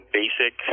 basic